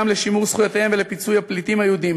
לשימור זכויותיהם ולפיצוי הפליטים היהודים.